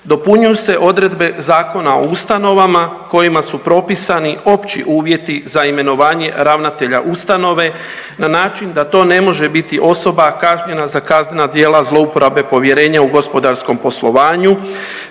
Dopunjuju se odredbe Zakona o ustanovama kojima su propisani opći uvjeti za imenovanje ravnatelja ustanove na način da to ne može biti osoba kažnjena za kažnjena djela zlouporabe povjerenja u gospodarskom poslovanju,